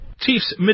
Chiefs